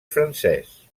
francès